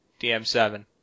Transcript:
DM7